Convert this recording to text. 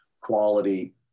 quality